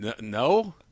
no